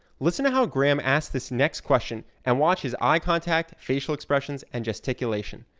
listen to how graham asks this next question and watch his eye contact, facial expressions, and gesticulation.